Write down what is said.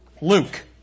Luke